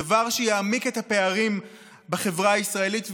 דבר שיעמיק את הפערים בחברה הישראלית,